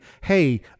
hey